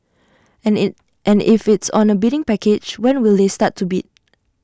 and E and if it's on A bidding package when will they start to be